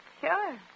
Sure